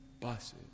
buses